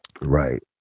Right